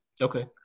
Okay